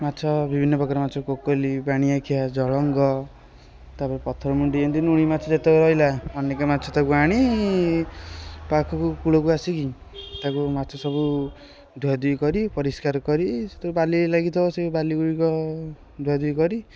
ମାଛ ବିଭିନ୍ନ ପ୍ରକାର ମାଛ କୋକୋଲି ପାଣିଆଖିଆ ଜଳଙ୍ଗ ତା'ପରେ ପଥରମୁଣ୍ଡି ଏମିତି ଲୁଣି ମାଛ ଯେତକ ରହିଲା ଅନେକ ମାଛ ତାକୁ ଆଣି ପାଖକୁ କୁଳକୁ ଆସିକି ତାକୁ ମାଛ ସବୁ ଧୁଆଧୁଇ କରି ପରିଷ୍କାର କରି ସେଥିରେ ବାଲି ଲାଗିଥିବ ସେଇ ବାଲିଗୁଡ଼ିକ ଧୁଆଧୁଇ କରି